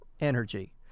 energy